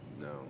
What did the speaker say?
no